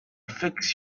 fix